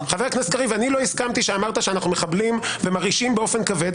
אני לא הסכמתי כשאתה אמרת שאנחנו מחבלים ומרעישים באופן כבד,